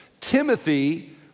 Timothy